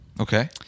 Okay